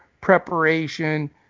preparation